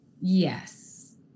Yes